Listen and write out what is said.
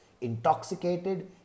intoxicated